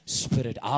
spirit